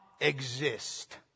exist